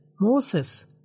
Moses